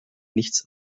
nichts